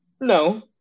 No